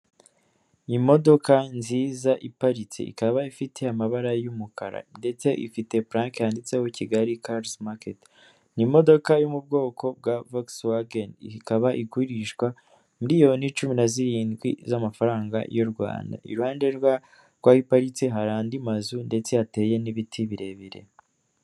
Imodoka nziza iparitse, ikaba ifite amabara y'umukara ndetse ifite purake yanditseho Kigali karizi maketi, ni imodokadoka yo mu bwoko bwa vogisi wageni, ikaba igurishwa miliyoni cumi na zirindwi z'amafaranga y'u Rwanda. Iruhande rwaho iparitse hari andi mazu ndetse hateye n'ibiti birebire.